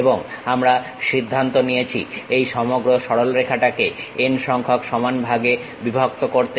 এবং আমরা সিদ্ধান্ত নিয়েছি এই সমগ্র সরলরেখাটাকে n সংখ্যক সমান ভাগে বিভক্ত করতে